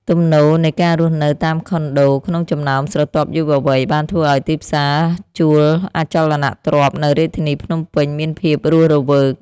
ទំនោរនៃការរស់នៅតាមខុនដូក្នុងចំណោមស្រទាប់យុវវ័យបានធ្វើឱ្យទីផ្សារជួលអចលនទ្រព្យនៅរាជធានីភ្នំពេញមានភាពរស់រវើក។